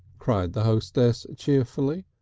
cried the hostess cheerfully.